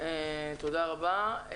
תודה רבה.